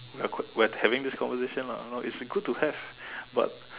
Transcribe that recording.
we're qu~ we're having this conversation lah know it's good to have but